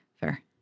Fair